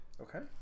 Okay